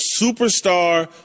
superstar